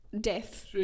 death